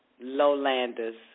lowlanders